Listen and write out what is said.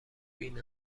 بین